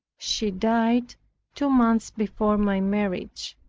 she died two months before my marriage.